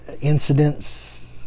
incidents